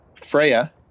Freya